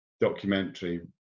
documentary